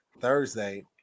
Thursday